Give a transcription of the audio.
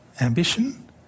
ambition